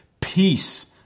Peace